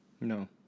No